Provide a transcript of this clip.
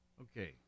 Okay